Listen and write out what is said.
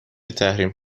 تحریم